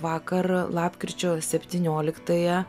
vakar lapkričio septynioliktąją